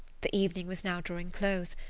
the evening was now drawing close,